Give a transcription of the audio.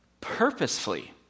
purposefully